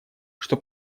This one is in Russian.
что